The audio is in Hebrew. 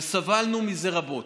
וסבלנו מזה רבות.